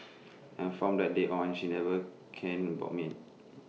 and from that day on she never caned